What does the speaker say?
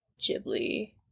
Ghibli